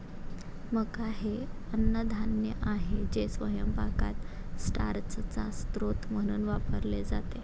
मका हे अन्नधान्य आहे जे स्वयंपाकात स्टार्चचा स्रोत म्हणून वापरले जाते